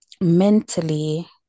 mentally